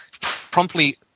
promptly